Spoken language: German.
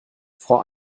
frau